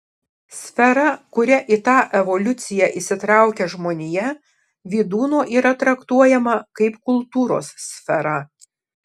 sfera kuria į tą evoliuciją įsitraukia žmonija vydūno yra traktuojama kaip kultūros sfera